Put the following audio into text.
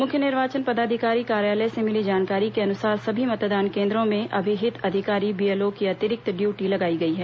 मुख्य निर्वाचन पदाधिकारी कार्यालय से मिली जानकारी के अनुसार सभी मतदान केंद्रों में अभिहित अधिकारी बीएलओ की अतिरिक्त ड्यूटी लगाई गई है